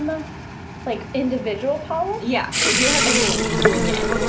um ah like, individual polyps? yeah, if you had to just wing it?